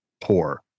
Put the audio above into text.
poor